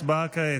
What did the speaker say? הצבעה כעת.